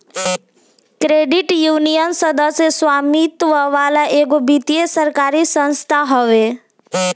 credit union, सदस्य स्वामित्व वाला एगो वित्तीय सरकारी संस्था हवे